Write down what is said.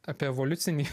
apie evoliucinį